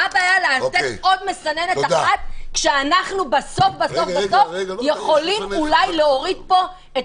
מה הבעיה לתת עוד מסננת אחת כשאנחנו בסוף יכולים אולי להוריד פה את